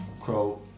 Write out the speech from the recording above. Crow